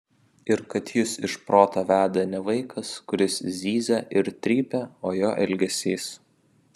ir kad jus iš proto veda ne vaikas kuris zyzia ir trypia o jo elgesys